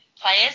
players